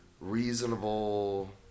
reasonable